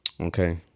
okay